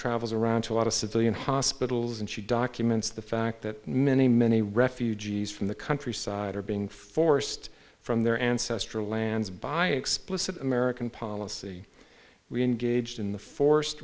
travels around to a lot of civilian hospitals and she documents the fact that many many refugees from the countryside are being forced from their ancestral lands by explicit american policy we engaged in the for